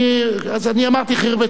אז אני אמרתי "חרבת חזעה",